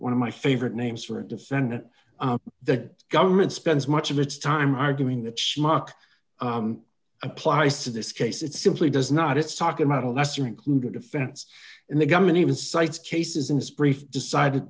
one of my favorite names for a defendant the government spends much of its time arguing that schmuck applies to this case it simply does not it's talking about a lesser included offense and the government even cites cases in this brief decided